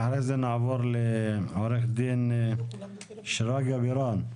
ואחרי זה נעבור לעו"ד שרגא בירן.